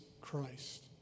Christ